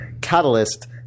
catalyst